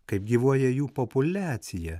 kaip gyvuoja jų populiacija